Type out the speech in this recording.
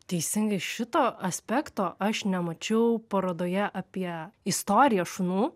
teisingai šito aspekto aš nemačiau parodoje apie istoriją šunų